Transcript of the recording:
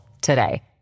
today